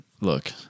look